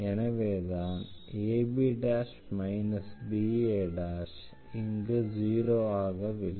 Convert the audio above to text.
எனவே தான் ab ba இங்கு 0 ஆகவில்லை